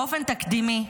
באופן תקדימי,